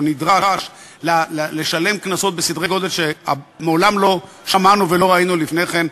נדרש לשלם קנסות בסדרי גודל שמעולם לא שמענו ולא ראינו לפני כן,